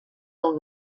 del